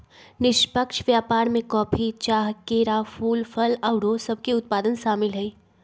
निष्पक्ष व्यापार में कॉफी, चाह, केरा, फूल, फल आउरो सभके उत्पाद सामिल हइ